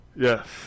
yes